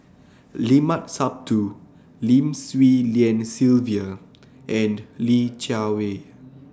Limat Sabtu Lim Swee Lian Sylvia and Li Jiawei